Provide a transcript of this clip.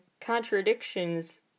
contradictions